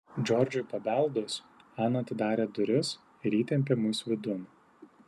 džordžui pabeldus ana atidarė duris ir įtempė mus vidun